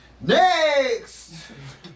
Next